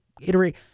iterate